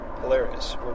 hilarious